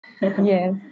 Yes